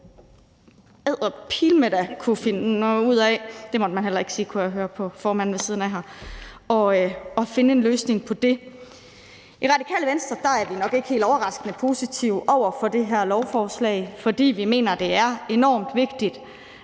at finde en løsning på det. I Radikale Venstre er vi, nok ikke helt overraskende, positive over for det her lovforslag, fordi vi mener, det er enormt vigtigt,